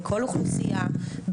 בכל אוכלוסייה,